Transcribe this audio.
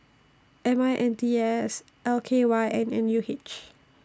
M I N D S L K Y and N U H